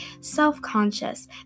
self-conscious